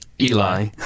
Eli